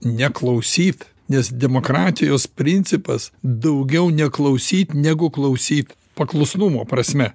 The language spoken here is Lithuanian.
neklausyt nes demokratijos principas daugiau neklausyt negu klausyt paklusnumo prasme